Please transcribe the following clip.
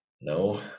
no